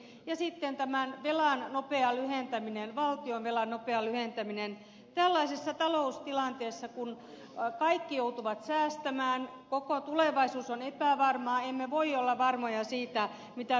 ja sitten on tämän valtionvelan nopea lyhentäminen tällaisessa taloustilanteessa kun kaikki joutuvat säästämään koko tulevaisuus on epävarmaa emme voi olla varmoja siitä mitä tapahtuu